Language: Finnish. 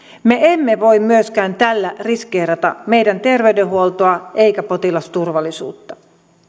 me emme voi myöskään tällä riskeerata meidän terveydenhuoltoa emmekä potilasturvallisuutta